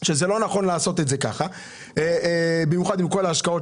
שזה לא נכון לעשות את זה ככה במיוחד עם כל ההשקעות